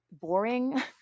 boring